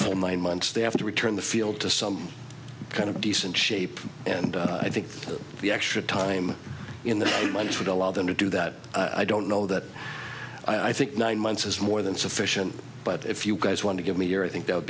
full nine months they have to return the field to some kind of decent shape and i think that the extra time in the month would allow them to do that i don't know that i think nine months is more than sufficient but if you guys want to give me your i think that would